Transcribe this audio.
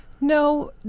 No